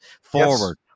forward